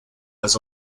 was